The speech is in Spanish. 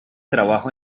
trabajo